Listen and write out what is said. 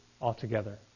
altogether